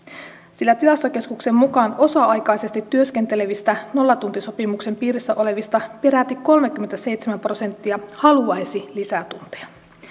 sillä tilastokeskuksen mukaan osa aikaisesti työskentelevistä nollatuntisopimuksen piirissä olevista peräti kolmekymmentäseitsemän prosenttia haluaisi lisätunteja